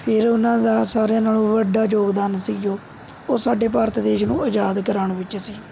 ਫਿਰ ਉਹਨਾਂ ਦਾ ਸਾਰਿਆਂ ਨਾਲ਼ੋਂ ਵੱਡਾ ਯੋਗਦਾਨ ਸੀ ਜੋ ਉਹ ਸਾਡੇ ਭਾਰਤ ਦੇਸ਼ ਨੂੰ ਆਜ਼ਾਦ ਕਰਾਉਣ ਵਿੱਚ ਸੀ